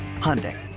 Hyundai